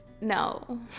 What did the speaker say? no